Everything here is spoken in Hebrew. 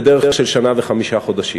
לדרך של שנה וחמישה חודשים.